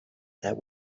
that